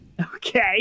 Okay